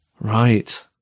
right